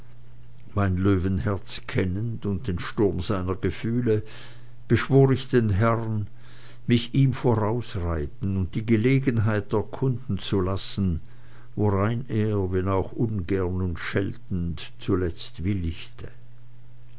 mein löwenherz kennend und den sturm seiner gefühle beschwor ich den herrn mich ihm vorausreiten und die gelegenheit erkunden zu lassen worein er wenn auch ungern und scheltend zuletzt willigte